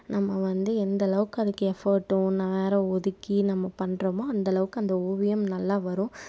நம்ம வந்து எந்தளவுக்கு அதுக்கு எஃபோர்ட்டோ நேரம் ஒதுக்கி நம்ம பண்ணுறோமோ அந்தளவுக்கு அந்த ஓவியம் நல்லா வரும்